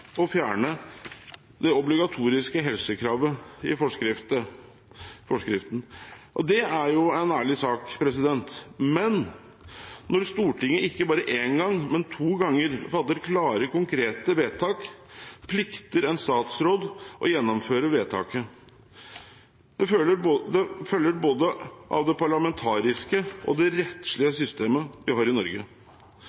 fjerne det obligatoriske helsekravet i forskriften. Det er jo en ærlig sak, men når Stortinget ikke bare én gang, men to ganger fatter klare, konkrete vedtak, plikter en statsråd å gjennomføre vedtaket. Det følger av både det parlamentariske og det rettslige